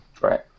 Right